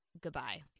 goodbye